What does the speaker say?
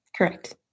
Correct